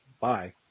Bye